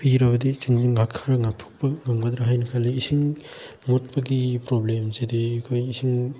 ꯄꯤꯔꯕꯗꯤ ꯈꯔ ꯉꯥꯛꯊꯣꯛꯄ ꯉꯝꯒꯗ꯭ꯔ ꯍꯥꯏꯅ ꯈꯜꯂꯤ ꯏꯁꯤꯡ ꯋꯥꯠꯄꯒꯤ ꯄ꯭ꯔꯣꯕ꯭ꯂꯦꯝꯁꯤꯗꯤ ꯑꯩꯈꯣꯏ ꯏꯁꯤꯡ